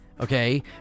okay